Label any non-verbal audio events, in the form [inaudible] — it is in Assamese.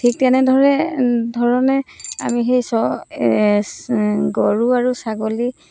ঠিক তেনেদৰে ধৰণে আমি সেই [unintelligible] গৰু আৰু ছাগলী